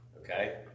Okay